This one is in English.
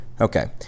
Okay